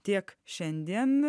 tiek šiandien